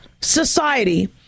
society